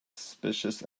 suspicious